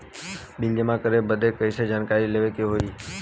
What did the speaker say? Bill जमा करे बदी कैसे जानकारी लेवे के होई?